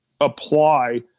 apply